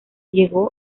llegó